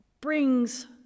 brings